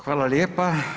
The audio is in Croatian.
Hvala lijepa.